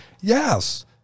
Yes